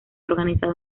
organizado